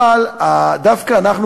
דווקא אנחנו,